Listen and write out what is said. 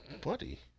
buddy